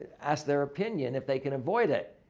ask their opinion if they can avoid it?